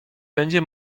będzie